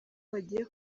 bagiye